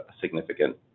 significant